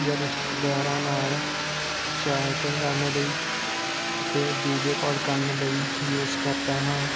ਜਾਂ ਰਿਸ਼ਤੇਦਾਰਾਂ ਨਾਲ ਚੈਟ ਕਰਨ ਲਈ ਅਤੇ ਵੀਡੀਓ ਕੋਲ ਕਰਨ ਲਈ ਯੂਜ ਕਰਦਾ ਹਾਂ